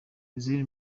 israel